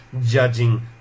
judging